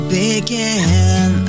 begin